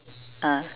ah